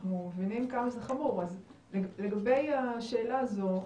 אנחנו מבינים כמה זה חמור ולגבי השאלה הזו,